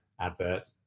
advert